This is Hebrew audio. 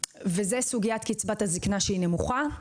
סוגיית קצבת הזקנה היא נמוכה.